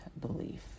belief